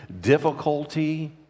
difficulty